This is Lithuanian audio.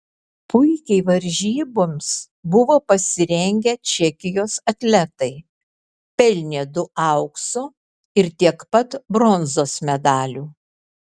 puikiai varžyboms buvo pasirengę čekijos atletai pelnė du aukso ir tiek pat bronzos medalių